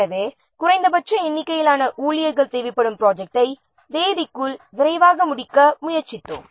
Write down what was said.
எனவே குறைந்தபட்ச எண்ணிக்கையிலான ஊழியர்கள் தேவைப்படும் பிராஜெக்ட்டை குறிப்பிட்ட தேதிக்குள் விரைவாக முடிக்க முயற்சித் துளோம்